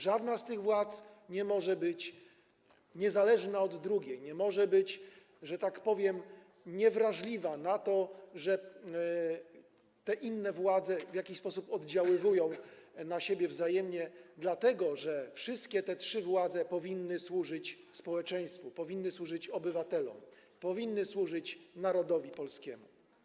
Żadna z tych władz nie może być niezależna od drugiej, nie może być, że tak powiem, niewrażliwa na to, że te inne władze w jakiś sposób oddziałują na siebie wzajemnie, dlatego że te trzy władze powinny służyć społeczeństwu, powinny służyć obywatelom, powinny służyć narodowi polskiemu.